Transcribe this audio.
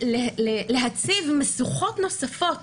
להציב להם משוכות נוספות